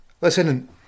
listen